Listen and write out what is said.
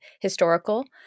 historical